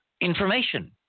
information